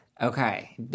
Okay